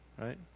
right